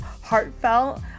heartfelt